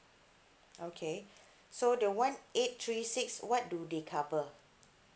okay so the one eight three six what do they cover